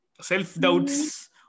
self-doubts